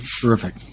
Terrific